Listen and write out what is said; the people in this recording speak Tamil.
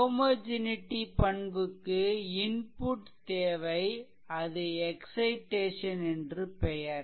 ஹோமோஜெனிடி பண்புக்கு இன்புட் தேவை அது எக்சைட்டேசன் என்று பெயர்